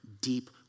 deep